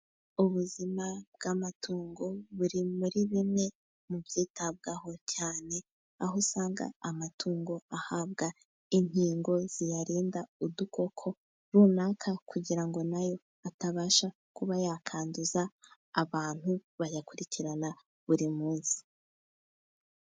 Ubuzima bw'amatungo buri muri bimwe mu byitabwaho cyane, aho usanga amatungo ahabwa inkingo ziyarinda udukoko runaka kugira ngo nayo atabasha kuba yakanduza abantu, bayakurikirana buri munsi.